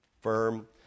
firm